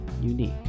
unique